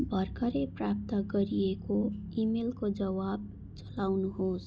भर्खरै प्राप्त गरिएको इमेलको जवाब चलाउनुहोस्